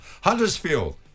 Huddersfield